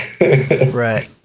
Right